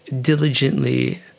diligently